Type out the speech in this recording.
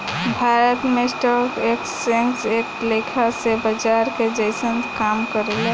भारत में stock exchange एक लेखा से बाजार के जइसन काम करेला